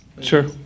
Sure